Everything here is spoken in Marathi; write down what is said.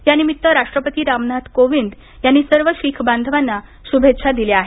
या निमित्त राष्ट्रपती रामनाथ कोविंद यांनी सर्व शीख बांधवांना शुभेच्छा दिल्या आहेत